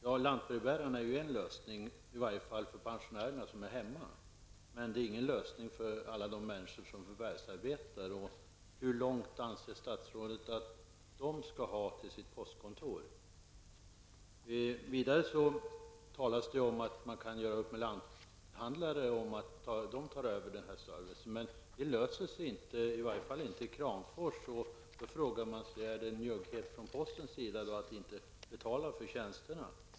Ja, lantbrevbäring är ju en lösning, i varje fall för pensionärerna som är hemma. Men det är ingen lösning för alla de människor som förvärvsarbetar. Hur långt anser statsrådet att de skall ha till sitt postkontor? Vidare talas det om att man kan låta lanthandlare ta över denna service. Men det går i varje fall inte i Kramfors. Då frågar man: Beror det på njugghet från postens sida? Betalar inte posten för tjänsterna?